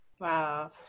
Wow